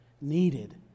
needed